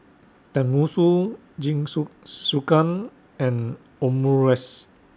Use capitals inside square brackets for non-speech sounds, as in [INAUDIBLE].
Tenmusu [UNINTELLIGIBLE] and Omurice